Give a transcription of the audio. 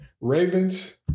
Ravens